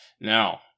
Now